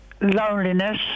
loneliness